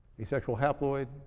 asexual haploid,